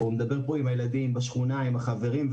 מדבר עם הילדים בשכונה ועם חברים,